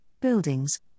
buildings